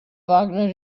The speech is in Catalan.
wagner